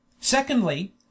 Secondly